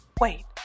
Wait